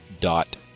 dot